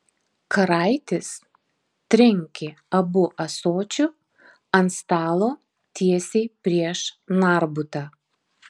karaitis trenkė abu ąsočiu ant stalo tiesiai prieš narbutą